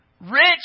Rich